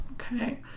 Okay